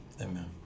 Amen